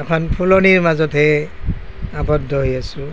এখন ফুলনিৰ মাজতহে আৱদ্ধ হৈ আছোঁ